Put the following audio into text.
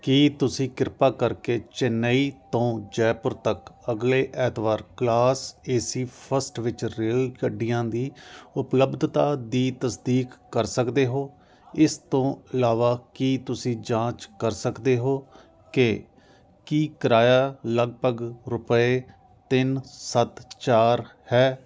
ਕੀ ਤੁਸੀਂ ਕਿਰਪਾ ਕਰਕੇ ਚੇਨਈ ਤੋਂ ਜੈਪੁਰ ਤੱਕ ਅਗਲੇ ਐਤਵਾਰ ਕਲਾਸ ਏ ਸੀ ਫਸਟ ਵਿੱਚ ਰੇਲਗੱਡੀਆਂ ਦੀ ਉਪਲੱਬਧਤਾ ਦੀ ਤਸਦੀਕ ਕਰ ਸਕਦੇ ਹੋ ਇਸ ਤੋਂ ਇਲਾਵਾ ਕੀ ਤੁਸੀਂ ਜਾਂਚ ਕਰ ਸਕਦੇ ਹੋ ਕਿ ਕੀ ਕਿਰਾਇਆ ਲਗਭਗ ਰੁਪਏ ਤਿੰਨ ਸੱਤ ਚਾਰ ਹੈ